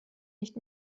nicht